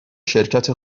شرکت